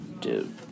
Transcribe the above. dude